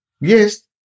Yes